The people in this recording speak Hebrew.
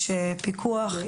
יש פיקוח,